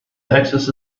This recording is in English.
axis